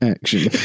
Action